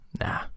Nah